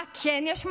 מה כן יש מאחוריהן?